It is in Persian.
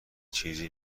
چیزی